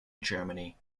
germany